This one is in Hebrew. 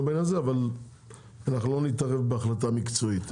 אבל אנחנו לא נתערב בהחלטה מקצועית,